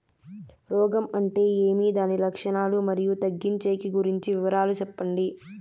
రోగం అంటే ఏమి దాని లక్షణాలు, మరియు తగ్గించేకి గురించి వివరాలు సెప్పండి?